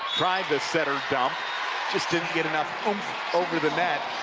tried to center, dump just didn't get enough oomph over the net